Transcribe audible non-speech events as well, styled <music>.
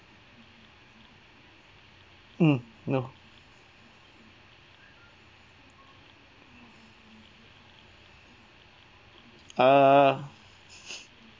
mm no err <breath>